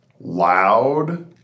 loud